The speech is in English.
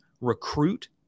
recruit